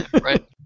Right